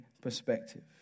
perspective